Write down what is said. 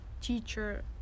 teacher